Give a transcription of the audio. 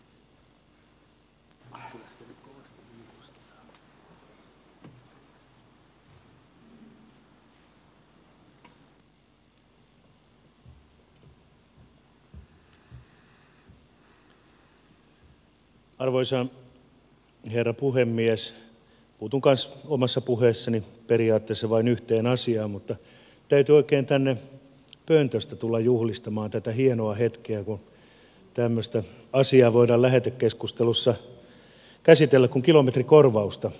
puutun kanssa omassa puheessani periaatteessa vain yhteen asiaan mutta täytyy oikein täältä pöntöstä tulla juhlistamaan tätä hienoa hetkeä kun voidaan lähetekeskustelussa käsitellä tämmöistä asiaa kuin kilometrikorvausta